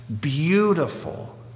beautiful